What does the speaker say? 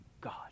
God